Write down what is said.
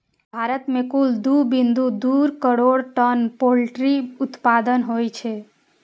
भारत मे कुल दू बिंदु दू करोड़ टन पोल्ट्री उत्पादन होइ छै